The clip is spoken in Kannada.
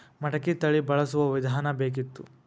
ಮಟಕಿ ತಳಿ ಬಳಸುವ ವಿಧಾನ ಬೇಕಿತ್ತು?